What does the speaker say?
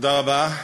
תודה רבה.